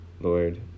Lord